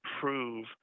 prove